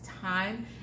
time